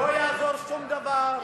לא יעזור שום דבר.